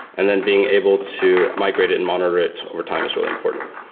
and then being able to migrate it and monitor it overtime is really important.